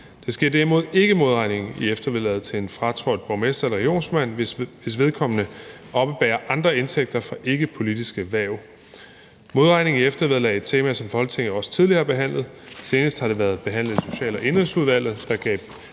Der sker derimod ikke modregning i eftervederlaget til en fratrådt borgmester eller regionsrådsformand, hvis vedkommende oppebærer andre indtægter fra ikkepolitiske hverv. Modregning i eftervederlag er et tema, som Folketinget også tidligere har behandlet. Senest har det været behandlet i Social- og Indenrigsudvalget, der afgav